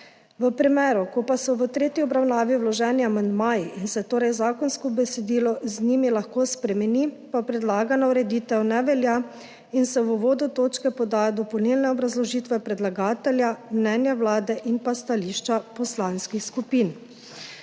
V primeru, ko pa so v tretji obravnavi vloženi amandmaji in se torej zakonsko besedilo z njimi lahko spremeni, pa predlagana ureditev ne velja in se v uvodu točke podajo dopolnilne obrazložitve predlagatelja, mnenja Vlade in stališča poslanskih skupin.